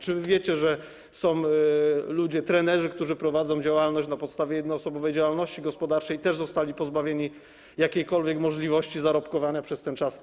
Czy wy wiecie, że są ludzie, trenerzy, którzy prowadzą działalność w ramach jednoosobowej działalności gospodarczej i którzy też zostali pozbawieni jakiejkolwiek możliwości zarobkowania przez ten czas?